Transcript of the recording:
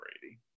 Brady